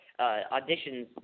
auditions